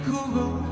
Google